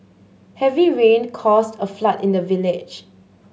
heavy rain caused a flood in the village